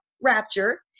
rapture